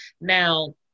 Now